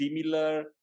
similar